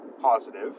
positive